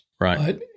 Right